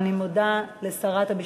ואני מודה לשרת המשפטים.